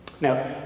Now